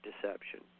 deception